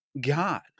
god